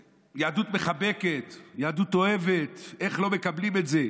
יהדות מחבקת, יהדות אוהבת, איך לא מקבלים את זה?